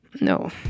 no